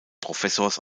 professors